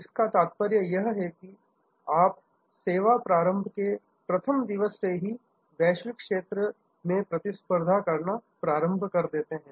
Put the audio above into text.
इसका तात्पर्य यह है कि आप सेवा प्रारंभ के प्रथम दिवस से ही वैश्विक क्षेत्र में प्रतिस्पर्धा करना प्रारंभ कर देते हैं